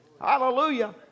hallelujah